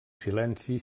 silenci